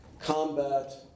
combat